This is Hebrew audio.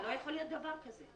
לא יכול להיות דבר כזה.